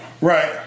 right